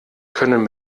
können